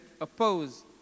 oppose